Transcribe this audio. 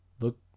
look